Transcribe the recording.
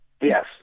Yes